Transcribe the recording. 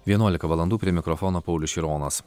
vienuolika valandų prie mikrofono paulius šironas